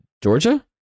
Georgia